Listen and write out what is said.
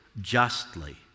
justly